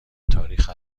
تاریخ